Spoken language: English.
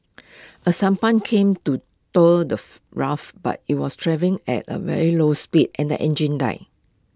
A sampan came to tow the raft but IT was travelling at A very slow speed and the engine died